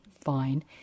fine